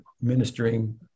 ministering